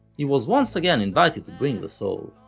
he was once again invited to bring the soul.